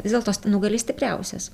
vis dėlto nugali stipriausias